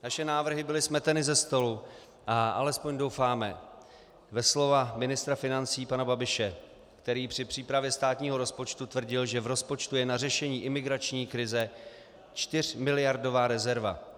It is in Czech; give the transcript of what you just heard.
Naše návrhy byly smeteny ze stolu, a alespoň doufáme ve slova ministra financí pana Babiše, který při přípravě státního rozpočtu tvrdil, že v rozpočtu je na řešení imigrační krize čtyřmiliardová rezerva.